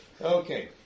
Okay